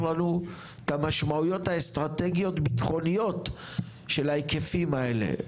לנו את המשמעויות האסטרטגיות הביטחוניות של ההיקפים האלה?